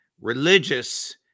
Religious